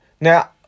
Now